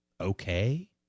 okay